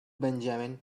benjamin